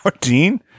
Dean